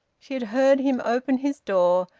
she had heard him open his door,